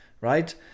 right